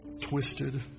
twisted